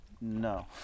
No